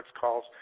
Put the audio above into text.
calls